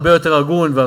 הממשלה,